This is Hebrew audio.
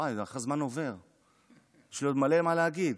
איך הזמן עובר ויש לי עוד הרבה מה להגיד.